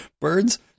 birds